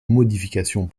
modifications